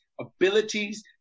abilities